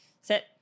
Sit